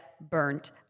burnt